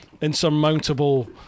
insurmountable